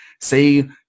Say